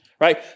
right